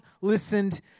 listened